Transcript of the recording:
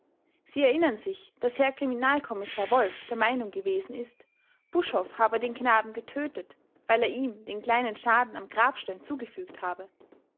sie erinnern sich daß herr kriminalkommissar wolff der meinung gewesen ist buschhoff habe den knaben getötet weil er ihm den kleinen schaden am grabstein zugefügt habe